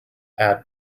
add